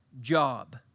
job